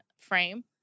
frame